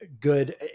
good